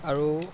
আৰু